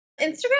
Instagram